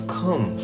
come